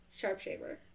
sharpshaver